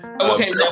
Okay